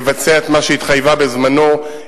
לבצע את מה שהיא התחייבה בזמנה,